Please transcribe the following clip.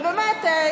הינה,